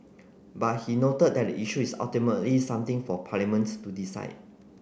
but he noted that the issue is ultimately something for Parliament to decide